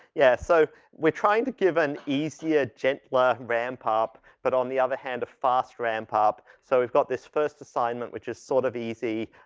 yeah. so we're trying to give an easier, gentler ramp-up but on the other hand a fast ramp-up. so we've got this first assignment which is sort of easy,